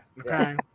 Okay